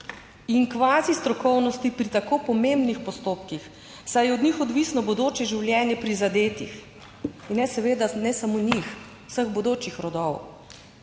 in kvazi strokovnosti pri tako pomembnih postopkih, saj je od njih odvisno bodoče življenje prizadetih in ne seveda ne samo njih, vseh bodočih rodov.